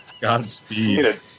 Godspeed